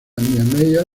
niemeyer